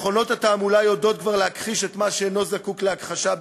מכונות התעמולה יודעות כבר להכחיש את מה שאינו זקוק להכחשה,